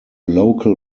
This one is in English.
local